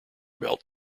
belt